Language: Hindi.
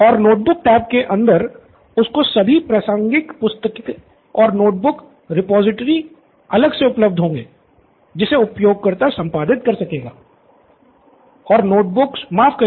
प्रोफेसर बाला और नोट बुक्स माफ कीजिएगा